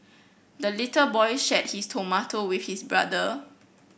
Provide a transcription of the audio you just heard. the little boy shared his tomato with his brother